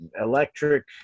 electric